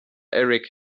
eric